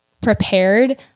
prepared